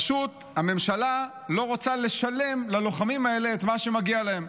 פשוט הממשלה לא רוצה לשלם ללוחמים האלה את מה שמגיע להם.